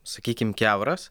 sakykim kiauras